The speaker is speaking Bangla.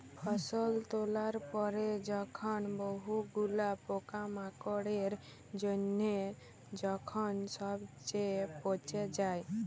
ফসল তোলার পরে যখন বহু গুলা পোকামাকড়ের জনহে যখন সবচে পচে যায়